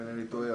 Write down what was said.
אם אינני טועה,